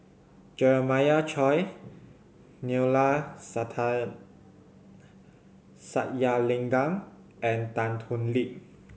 Jeremiah Choy Neila Sathyalingam and Tan Thoon Lip